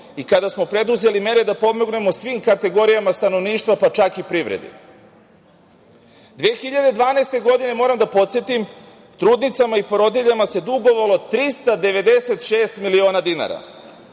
i kada smo preduzeli mere da pomognemo svim kategorijama stanovništva, pa čak i privredi. Godine 2012. moram da podsetim, trudnicama i porodiljama se dugovalo 396 miliona dinara,